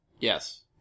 Yes